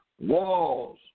Walls